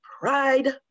Pride